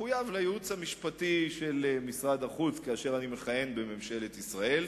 מחויב לייעוץ המשפטי של משרד החוץ כאשר אני מכהן בממשלת ישראל.